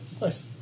Nice